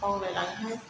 बावलाय लाङोहाय